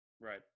Right